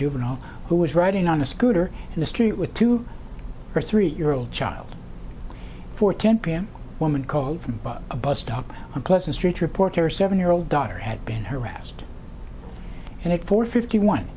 juvenile who was riding on a scooter in the street with to her three year old child four ten p m woman called from a bus stop a pleasant street report her seven year old daughter had been harassed and at four fifty one